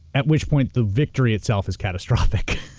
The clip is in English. at which point the victory itself is catastrophic.